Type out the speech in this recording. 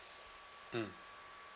mm